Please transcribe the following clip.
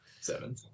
Seven